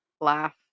laugh